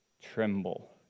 tremble